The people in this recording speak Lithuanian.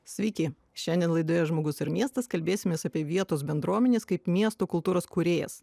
sveiki šiandien laidoje žmogus ir miestas kalbėsimės apie vietos bendruomenės kaip miesto kultūros kūrėjas